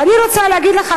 ואני רוצה להגיד לך,